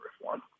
reform